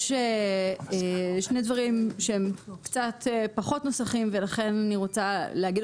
יש שני דברים שהם קצת פחות נוסחיים ולכן אני רוצה להגיד